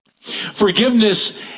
Forgiveness